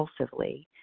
compulsively